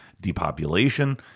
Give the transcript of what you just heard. depopulation